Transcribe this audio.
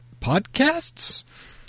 podcasts